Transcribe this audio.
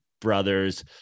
brothers